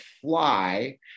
fly